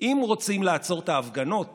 אם רוצים לעצור את ההפגנות